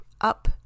up